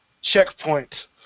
checkpoint